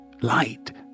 Light